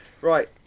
Right